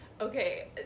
Okay